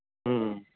ம் ம்